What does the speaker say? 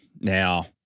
Now